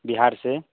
बिहार से